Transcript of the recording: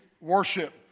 worship